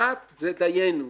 אחת זה דיינו.